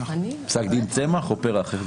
פסק דין פרח.